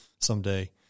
someday